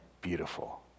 beautiful